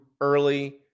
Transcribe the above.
early